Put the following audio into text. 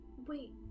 Wait